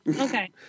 Okay